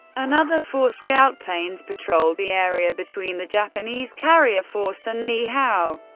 another four scout planes patrolled the area between the japanese carrier force and niihau,